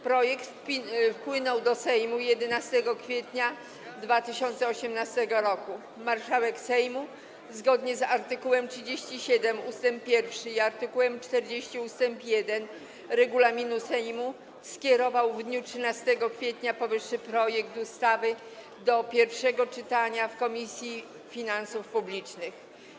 Projekt wpłynął do Sejmu 11 kwietnia 2018 r. Marszałek Sejmu zgodnie z art. 37 ust. 1 i art. 40 ust. 1 regulaminu Sejmu skierował w dniu 13 kwietnia powyższy projekt ustawy do pierwszego czytania w Komisji Finansów Publicznych.